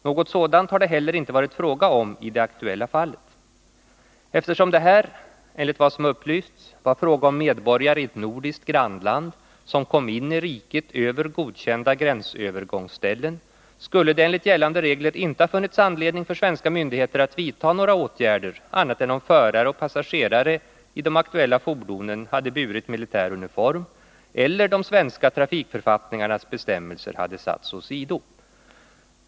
Något sådant har det inte heller varit fråga om i det aktuella fallet. Eftersom det här enligt vad som har upplysts var fråga om medborgare i ett nordiskt grannland som kom in i riket över godkända gränsövergångsställen, skulle det enligt gällande regler inte ha funnits anledning för svenska myndigheter att vidta några åtgärder annat än om förare och passagerare i de aktuella fordonen hade burit militär uniform eller de svenska trafikförfattningarnas bestämmelser hade satts åsido.